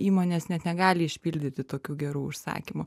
įmonės net negali išpildyti tokių gerų užsakymų